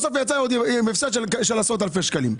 בסוף היא יצאה עם הפסד של עשרות אלפי שקלים.